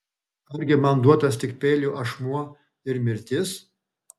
argi man duotas tik peilio ašmuo ir mirtis